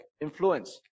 influence